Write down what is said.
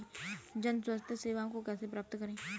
जन स्वास्थ्य सेवाओं को कैसे प्राप्त करें?